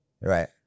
right